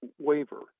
waiver